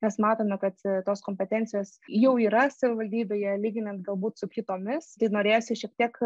nes matome kad tos kompetencijos jau yra savivaldybėje lyginant galbūt su kitomis norėjosi šiek tiek